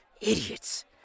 Idiots